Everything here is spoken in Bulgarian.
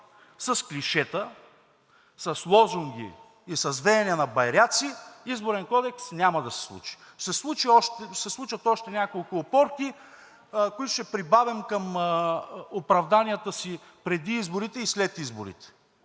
с клишета, с лозунги и с веене на байраци, Изборен кодекс няма да се случи. Ще се случат още няколко опорки, които ще прибавим към оправданията си преди изборите и след изборите.